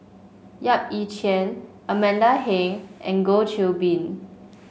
Yap Ee Chian Amanda Heng and Goh Qiu Bin